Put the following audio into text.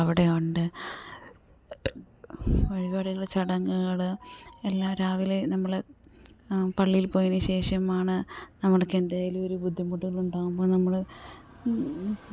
അവിടെയുണ്ട് വഴിപാടുകൾ ചടങ്ങുകൾ എല്ലാ രാവിലെ നമ്മൾ പള്ളിയിൽപ്പോയതിനു ശേഷമാണ് നമ്മൾക്കെന്തെങ്കിലൊരു ബുദ്ധിമുട്ടുകളുണ്ടാകുമ്പോൾ നമ്മൾ